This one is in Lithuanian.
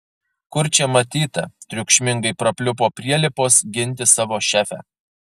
kur čia matyta triukšmingai prapliupo prielipos ginti savo šefę